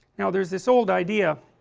now there is this old idea,